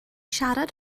siarad